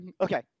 Okay